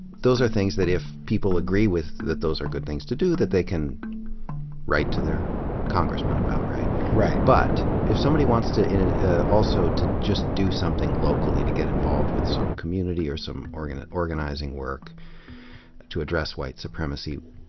those are things that, if people agree that those are good things to do, that they can write to their congressmen about, right? right. but if somebody wants to, ah also, to just do something locally, to get involved with some community or some organizing organizing work to address white supremacy,